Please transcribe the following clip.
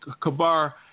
kabar